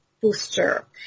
booster